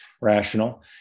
rational